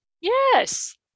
yes